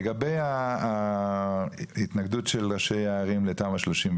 לגבי ההתנגדות של ראשי הערים לתמ"א 38,